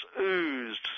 oozed